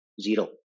zero